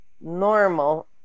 normal